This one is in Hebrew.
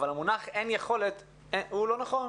אבל המונח אין יכולת הוא לא נכון,